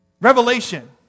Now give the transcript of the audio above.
Revelation